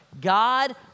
God